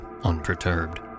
unperturbed